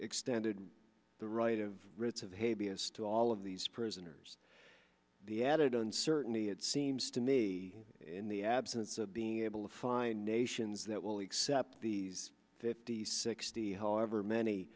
extended the right of habeas to all of these prisoners the added on certainly it seems to me in the absence of being able to find nations that will accept these fifty sixty however many